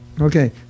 Okay